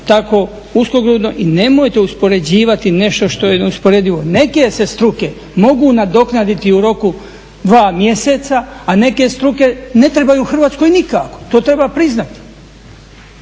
tako uskogrudno i nemojte uspoređivati nešto što je neusporedivo. Jer neke se struke mogu nadoknaditi u roku 2 mjeseca, a neke struke ne trebaju Hrvatskoj nikako, to treba priznati.